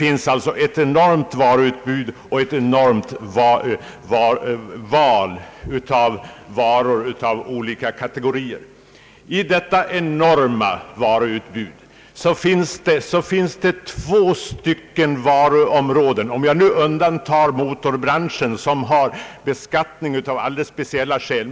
I detta enorma varuutbud finns i detaljhandelsledet två starkt avgränsade varuområden som vart och ett i och för sig är av utomordentligt liten betydelse för statens budget — jag undantar nu motorbranschen som har en beskattning av alldeles speciella skäl.